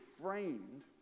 framed